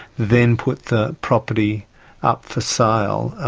then put the property up for sale.